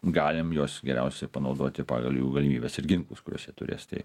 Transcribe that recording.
galim juos geriausia panaudoti pagal jų galimybes ir ginklus kuriuos jie turės tai